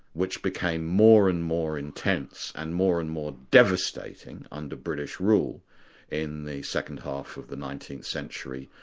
which became more and more intense, and more and more devastating under british rule in the second half of the nineteenth century,